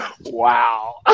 Wow